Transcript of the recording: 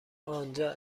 آنجا